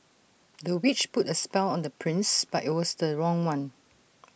the witch put A spell on the prince but IT was the wrong one